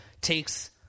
takes